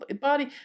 body